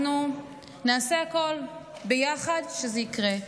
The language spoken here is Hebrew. אנחנו נעשה הכול ביחד כדי שזה יקרה.